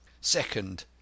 Second